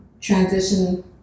transition